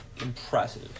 impressive